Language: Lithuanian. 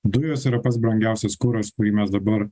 dujos yra pats brangiausias kuras kurį mes dabar